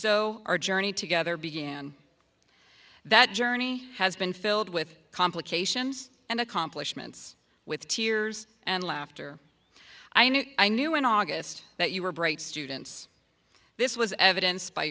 our journey together began that journey has been filled with complications and accomplishments with tears and laughter i knew i knew in august that you were bright students this was evidence by